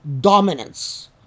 dominance